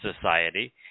society